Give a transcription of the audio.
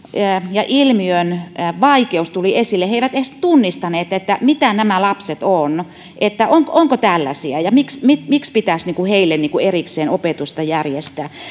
ja ilmiön vaikeus tuli esille he eivät edes tunnistaneet mitä nämä lapset ovat että onko tällaisia ja miksi miksi pitäisi heille erikseen opetusta järjestää